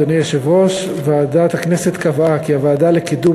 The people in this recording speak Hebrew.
אדוני היושב-ראש: ועדת הכנסת קבעה כי הוועדה לקידום